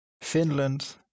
Finland